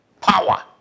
power